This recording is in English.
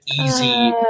easy